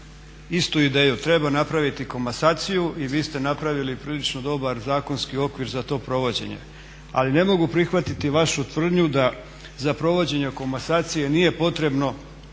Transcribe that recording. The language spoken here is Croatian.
istu ideju, treba napraviti komasaciju i vi ste napravili prilično dobar zakonski okvir za to provođenje. Ali ne mogu prihvatiti vašu tvrdnju da za provođenje komasacije nije potrebno